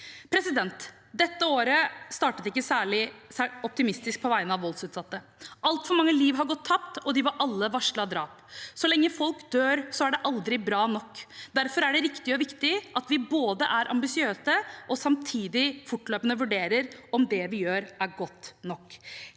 trenger. Dette året startet ikke særlig optimistisk på vegne av voldsutsatte. Altfor mange liv har gått tapt, og de var alle varslede drap. Så lenge folk dør, er det aldri bra nok. Derfor er det riktig og viktig at vi både er ambisiøse og samtidig fortløpende vurderer om det vi gjør, er godt nok.